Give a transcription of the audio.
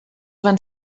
van